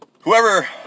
Whoever